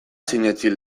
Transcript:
sinetsi